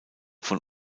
von